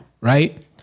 right